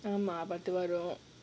ஆமா:aamaa but tomorrow